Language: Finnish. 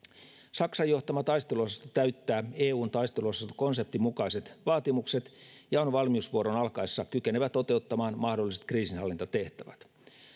saksan johtama taisteluosasto täyttää eun taisteluosastokonseptin mukaiset vaatimukset ja on valmiusvuoron alkaessa kykenevä toteuttamaan mahdolliset kriisinhallintatehtävät